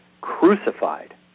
crucified